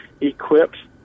equipped